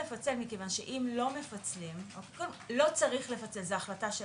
לא צריך לפצל, זו החלטה שלכם.